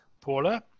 Paula